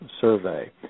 survey